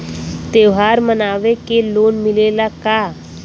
त्योहार मनावे के लोन मिलेला का?